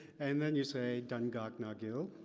and then you say, deng-gok-nagil,